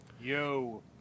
Yo